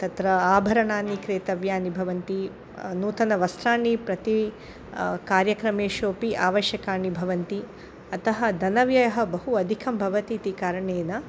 तत्र आभरणानि क्रेतव्यानि भवन्ति नूतनवस्त्राणि प्रति कार्यक्रमेषु अपि आवश्यकानि भवन्ति अतः धनव्ययः बहु अधिकं भवति इति कारणेन